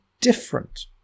different